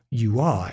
UI